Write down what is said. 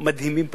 מדהימים פשוט,